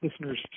listeners